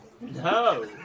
No